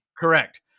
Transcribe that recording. Correct